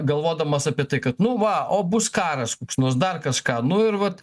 galvodamas apie tai kad nu va o bus karas koks nors dar kažką nu ir vat